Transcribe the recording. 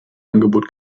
angebot